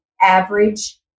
average